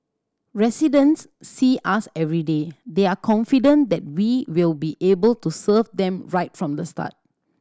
residents see us everyday they are confident that we will be able to serve them right from the start